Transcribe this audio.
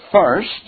First